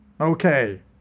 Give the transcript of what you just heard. okay